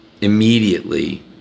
immediately